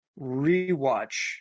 rewatch